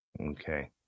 Okay